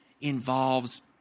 involves